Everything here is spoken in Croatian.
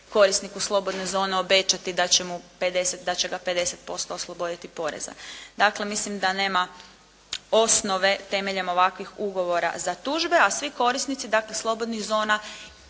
korisniku slobodne zone obećati da će mu 50, da će ga 50% osloboditi poreza. Dakle mislim da nema osnove temeljem ovakvih ugovora za tužbe, a svi korisnici dakle slobodnih zona